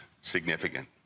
significant